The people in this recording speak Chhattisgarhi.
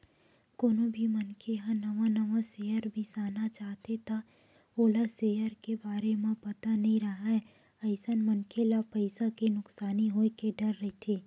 कोनो भी मनखे ह नवा नवा सेयर बिसाना चाहथे त ओला सेयर के बारे म पता नइ राहय अइसन मनखे ल पइसा के नुकसानी होय के डर रहिथे